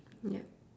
yup